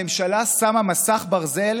הממשלה שמה מסך ברזל,